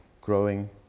growing